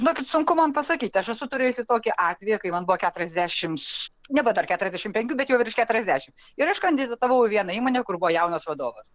žinokit sunku man pasakyt aš esu turėjusi tokį atvejį kai man buvo keturiasdešimts nebetol keturiasdešimt penkių bet jau virš keturiasdešimt ir aš kandidatavauį vieną įmonę kur buvo jaunas vadovas